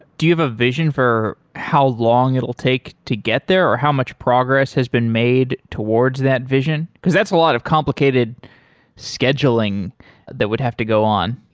do you have a vision for how long it'll take to get there or how much progress has been made towards that vision? because that's a lot of complicated scheduling that would have to go on.